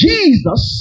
Jesus